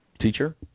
teacher